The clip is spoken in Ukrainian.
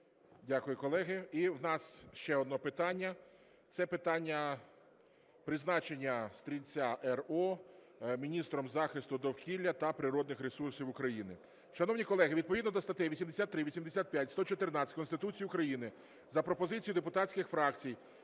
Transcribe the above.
Дякую, колеги. І у нас ще одне питання, це питання призначення Стрільця Р.О. міністром захисту довкілля та природних ресурсів України. Шановні колеги, відповідно до статей 83, 85, 114 Конституції України за пропозицією депутатських фракцій